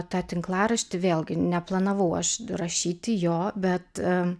tą tinklaraštį vėlgi neplanavau aš rašyti jo bet